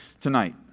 tonight